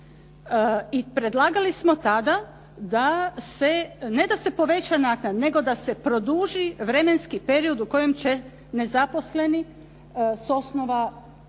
I predlagali samo tada ne da se poveća naknada, nego da se produži vremenski period u kojem će nezaposleni s osnova koji